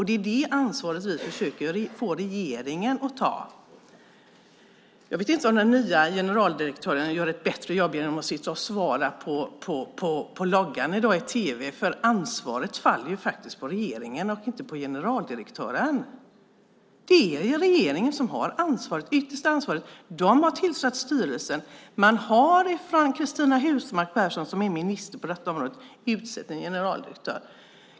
Det är det ansvaret vi försöker få regeringen att ta. Jag vet inte om den nya generaldirektören gör ett bättre jobb genom att sitta och svara i tv i dag, för ansvaret faller på regeringen, inte på generaldirektören. Det är regeringen som har det yttersta ansvaret. Den har tillsatt styrelsen. Cristina Husmark Pehrsson, som är minister på detta område, har utsett en generaldirektör.